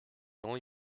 only